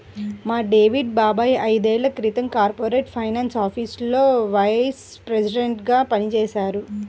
మా డేవిడ్ బాబాయ్ ఐదేళ్ళ క్రితం కార్పొరేట్ ఫైనాన్స్ ఆఫీసులో వైస్ ప్రెసిడెంట్గా పనిజేశారు